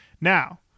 Now